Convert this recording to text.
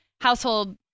household